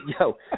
yo